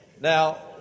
Now